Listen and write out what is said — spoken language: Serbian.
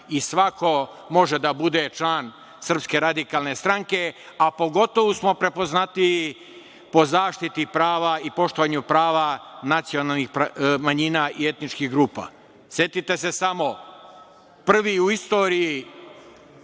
Svako može da bude član SRS, a pogotovu smo prepoznatljivi po zaštiti prava i poštovanju prava nacionalnih manjina i etničkih grupa. Setite se samo, prvi u istoriji